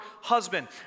husband